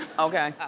okay?